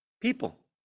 people